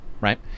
right